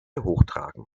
hochtragen